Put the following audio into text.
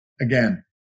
again